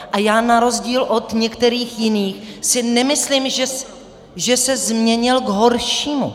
A já na rozdíl od některých jiných si nemyslím, že se změnil k horšímu.